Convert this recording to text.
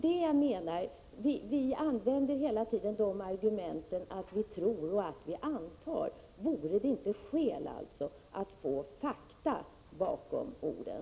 Vi använder hela tiden argumenten att vi tror och att vi antar. Vore det inte skäl att få fakta bakom orden?